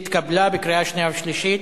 התקבלה בקריאה שנייה ושלישית.